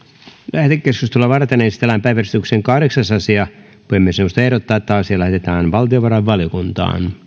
lähetekeskustelua varten esitellään päiväjärjestyksen kahdeksas asia puhemiesneuvosto ehdottaa että asia lähetetään valtiovarainvaliokuntaan